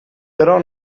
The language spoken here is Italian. però